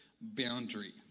boundary